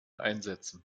einsetzen